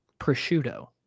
prosciutto